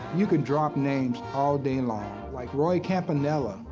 you can drop names all day long, like roy campanella.